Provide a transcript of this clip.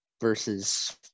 versus